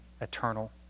eternal